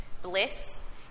Bliss